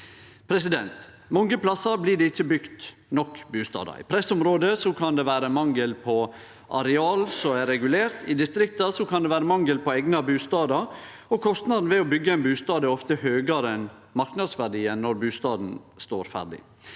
Mange plassar blir det ikkje bygd nok bustader. I pressområde kan det vere mangel på areal som er regulerte, i distrikta kan det vere mangel på eigna bustader, og kostnadene ved å byggje ein bustad er ofte høgare enn marknadsverdien når bustaden står ferdig.